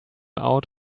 out